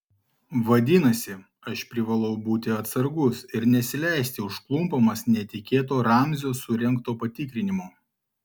vadinasi aš privalau būti atsargus ir nesileisti užklumpamas netikėto ramzio surengto patikrinimo